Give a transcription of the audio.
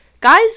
guys